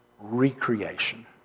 Recreation